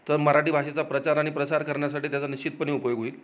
तर मराठी भाषेचा प्रचार आणि प्रसार करण्यासाठी त्याचा निश्चितपणे उपयोग होईल